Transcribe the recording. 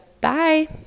Bye